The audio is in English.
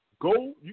go